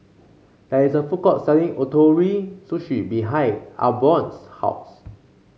there is a food court selling Ootoro Sushi behind Albion's house